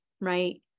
right